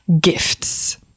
gifts